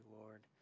Lord